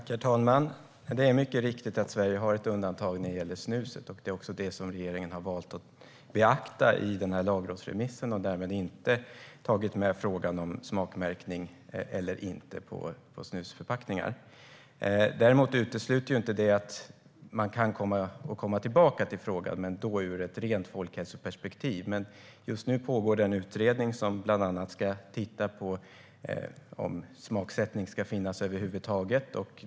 Herr talman! Det är mycket riktigt att Sverige har ett undantag när det gäller snuset. Det är också det som regeringen har valt att beakta i lagrådsremissen. Man har därmed inte tagit med frågan om smakmärkning eller inte på snusförpackningar. Det utesluter inte att man kan komma tillbaka till frågan, men då ur ett rent folkhälsoperspektiv. Men just nu pågår det en utredning som bland annat ska titta på om smaksättning ska finnas över huvud taget.